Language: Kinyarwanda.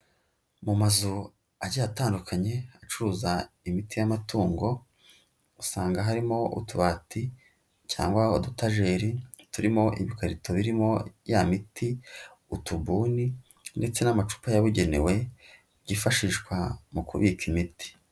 Mu mazu ashya atandukanye acuruza imiti y'amatungo usanga harimo utubati cyangwa udutajeri turimo ibikarito birimo ya miti utubuni ndetse n'amacupa yabugenewe byifashishwa mu kubika imiti.